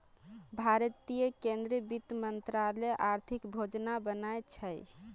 भारतीय केंद्रीय वित्त मंत्रालय आर्थिक योजना बना छे